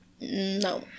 No